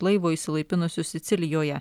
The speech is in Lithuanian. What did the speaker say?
laivo išsilaipinusius sicilijoje